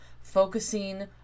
focusing